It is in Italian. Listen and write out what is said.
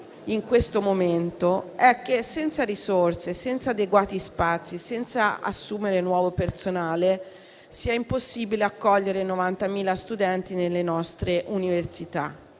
in questo momento è che senza risorse, adeguati spazi e l'assunzione di nuovo personale, è impossibile accogliere 90.000 studenti nelle nostre università.